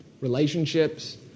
relationships